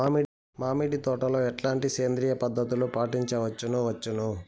మామిడి తోటలో ఎట్లాంటి సేంద్రియ పద్ధతులు పాటించవచ్చును వచ్చును?